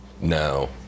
No